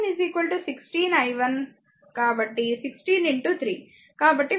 ఇప్పుడు v 1 16 i 1